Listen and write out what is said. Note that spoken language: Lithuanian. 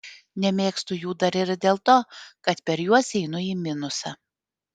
nemėgstu jų dar ir dėl to kad per juos einu į minusą